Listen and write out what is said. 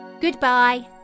Goodbye